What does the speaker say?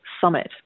summit